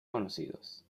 conocidos